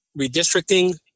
redistricting